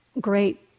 great